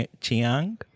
Chiang